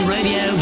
Radio